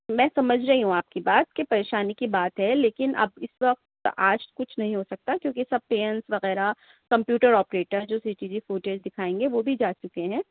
میں سمجھ رہی ہوں آپ کی بات کہ پریشانی کی بات ہے لیکن اب اِس وقت آج کچھ نہیں ہو سکتا کیونکہ سب پیونس وغیرہ کمپیوٹرآپریٹر جو سی ٹی جی فوٹیج دکھائیں گے وہ بھی جا چُکے ہیں